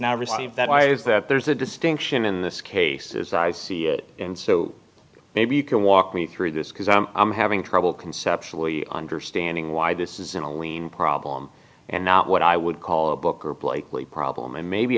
now received that i is that there's a distinction in this case as i see it and so maybe you can walk me through this because i'm having trouble conceptually understanding why this isn't a lean problem and not what i would call a booker blakeley problem and maybe